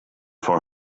for